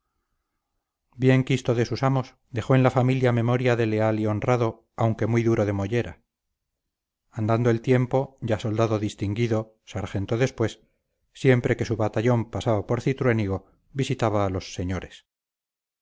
bien quisto de sus amos dejó en la familia memoria de leal y honrado aunque muy duro de mollera andando el tiempo ya soldado distinguido sargento después siempre que su batallón pasaba por cintruénigo visitaba a los señores